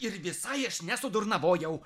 ir visai aš nesudurnavojau